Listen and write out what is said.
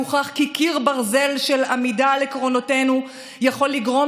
הוכח כי קיר ברזל של עמידה על עקרונותינו יכול לגרום